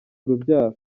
urubyaro